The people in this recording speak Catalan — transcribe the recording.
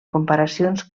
comparacions